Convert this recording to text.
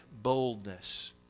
boldness